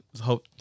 hope